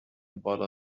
بالا